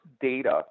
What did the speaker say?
data